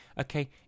Okay